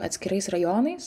atskirais rajonais